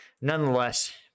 nonetheless